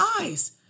eyes